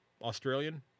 Australian